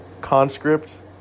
Conscript